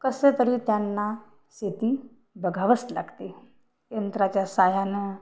कसं तरी त्यांना शेती बघावंच लागते यंत्राच्या साहाय्यानं